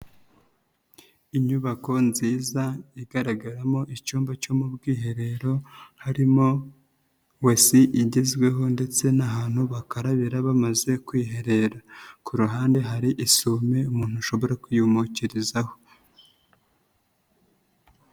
Inyubako nziza igaragaramo icyumba cyo mu bwiherero, harimo wesi igezweho ndetse n'ahantu bakarabira bamaze kwiherera. Ku ruhande hari isume umuntu ashobora kwiyumukirizaho.